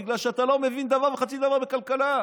בגלל שאתה לא מבין דבר וחצי דבר בכלכלה.